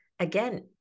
again